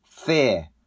fear